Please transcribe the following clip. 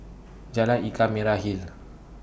Jalan Ikan Merah Hill